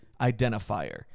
identifier